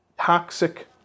Toxic